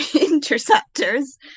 interceptors